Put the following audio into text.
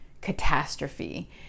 catastrophe